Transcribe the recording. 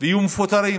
ויהיו מפוטרים.